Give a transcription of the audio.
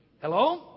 Hello